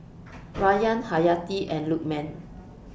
Rayyan Hayati and Lukman